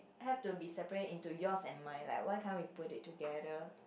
have to be separate into yours and mine like why can't we put it together